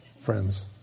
friends